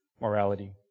Morality